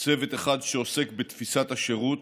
צוות אחד שעוסק בתפיסת השירות,